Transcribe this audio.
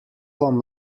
vam